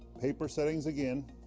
paper settings again.